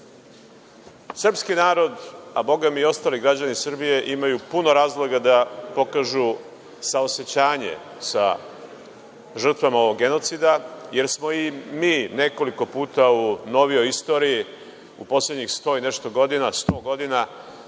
narod, a bogami i ostali građani Srbije imaju puno razloga da pokažu saosećanje sa žrtvama ovog genocida jer smo i mi nekoliko puta u novijoj istoriji u poslednjih 100 i nešto godina, 100 godina